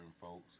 folks